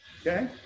okay